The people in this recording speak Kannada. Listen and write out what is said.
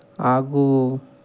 ಹಾಗೂ